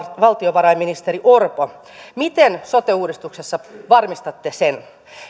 valtiovarainministeri orpo miten sote uudistuksessa varmistatte sen